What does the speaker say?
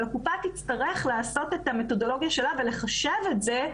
אבל הקופה תצטרך לעשות את המתודולוגיה שלה ולחשב את זה,